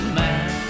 man